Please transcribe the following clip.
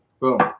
Boom